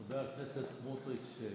חבר הכסת סמוטריץ',